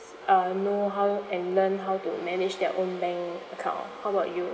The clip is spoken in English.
uh know how and learn how to manage their own bank account how about you